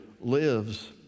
lives